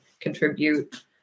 contribute